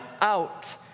out